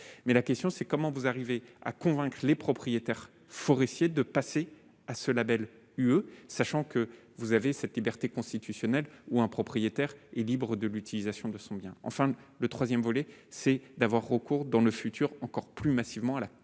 mais la question c'est : comment vous arrivez à convaincre les propriétaires forestiers de passer à ce Label, UE, sachant que vous avez cette liberté constitutionnelle ou un propriétaire est libre de l'utilisation de son bien, enfin le 3ème volet c'est d'avoir recours dans le futur encore plus massivement à la